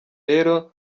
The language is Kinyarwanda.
rero